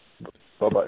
bye-bye